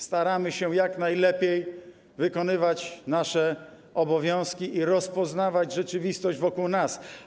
Staramy się jak najlepiej wykonywać nasze obowiązki i rozpoznawać rzeczywistość wokół nas.